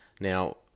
Now